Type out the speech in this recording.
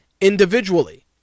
individually